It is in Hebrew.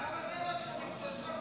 לא שאכפת לי.